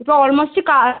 ഇപ്പോൾ almost car